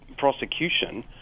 prosecution